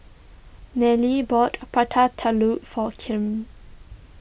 Nelly bought Prata Telur for Kipp